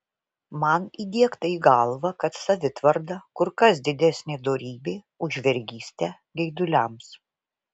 man įdiegta į galvą kad savitvarda kur kas didesnė dorybė už vergystę geiduliams